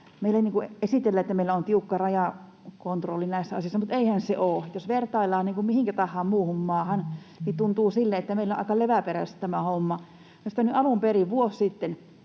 meillä on tiukka rajakontrolli näissä asioissa, mutta eihän se ole. Jos vertaillaan mihinkä tahansa muuhun maahan, niin tuntuu siltä, että meillä on aika leväperäisesti tämä homma. Olisi pitänyt